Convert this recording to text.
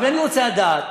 אבל אני רוצה לדעת: